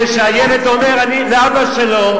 כשהילד אומר לאבא שלו,